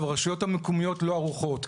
והרשויות המקומיות לא ערוכות.